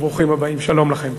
שלום לכם.